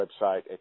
website